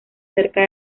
cerca